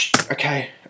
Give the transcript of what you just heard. okay